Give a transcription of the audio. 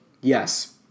Yes